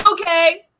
okay